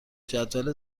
جدول